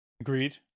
Agreed